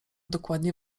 dokładnie